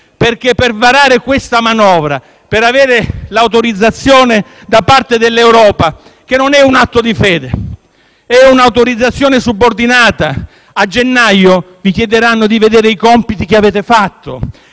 Per varare questa manovra e per avere l'autorizzazione da parte dell'Europa, che non è un atto di fede, ma è un'autorizzazione subordinata, a gennaio vi chiederanno di vedere i compiti che avete fatto